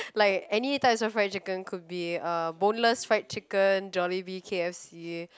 like any types of fried chicken could be uh boneless fried chicken Jollibee k_f_c